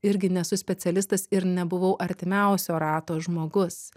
irgi nesu specialistas ir nebuvau artimiausio rato žmogus